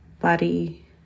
body